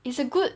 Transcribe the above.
it's a good